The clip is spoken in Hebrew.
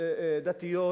דתיות